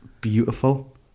beautiful